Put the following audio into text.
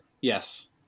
Yes